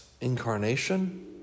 incarnation